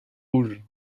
rouge